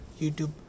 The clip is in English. YouTube